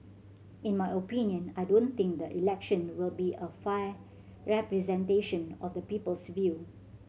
in my opinion I don't think the election will be a fair representation of the people's view